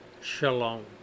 shalom